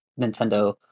Nintendo